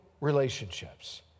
relationships